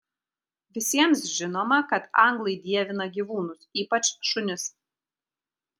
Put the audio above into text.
visiems žinoma kad anglai dievina gyvūnus ypač šunis